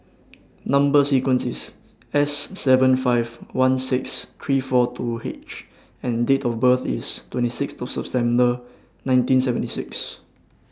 Number sequence IS S seven five one six three four two H and Date of birth IS twenty six to September nineteen seventy six